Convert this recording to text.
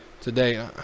today